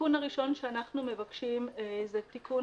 התיקון הראשון שאנחנו מבקשים הוא תיקון